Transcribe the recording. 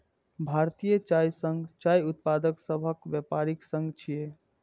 भारतीय चाय संघ चाय उत्पादक सभक व्यापारिक संघ छियै